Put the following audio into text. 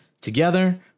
Together